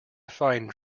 find